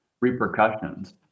repercussions